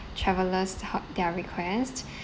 traveller's h~ their request